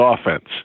offense